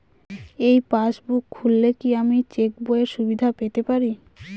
এই পাসবুক খুললে কি আমি চেকবইয়ের সুবিধা পেতে পারি?